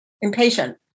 impatient